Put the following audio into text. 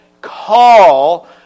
Call